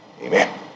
Amen